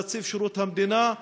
לנציב שירות המדינה,